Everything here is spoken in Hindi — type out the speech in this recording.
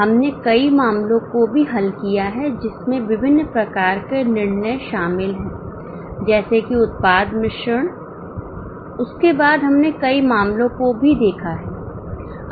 हमने कई मामलों को भी हल किया है जिसमें विभिन्न प्रकार के निर्णय शामिल हैं जैसे कि उत्पाद मिश्रण उसके बाद हमने कई मामलों को भी देखा है